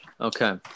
Okay